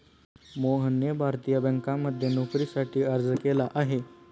मोहनने भारतीय बँकांमध्ये नोकरीसाठी अर्ज केला आहे